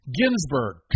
Ginsburg